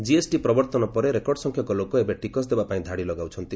GST ପ୍ରବର୍ତ୍ତନ ପରେ record ସଂଖ୍ୟକ ଲୋକ ଏବେ ଟିକସ ଦେବା ପାଇଁ ଧାଡ଼ି ଲଗାଉଛନ୍ତି